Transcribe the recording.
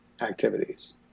activities